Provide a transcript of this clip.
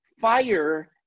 Fire